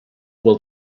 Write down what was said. will